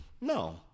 no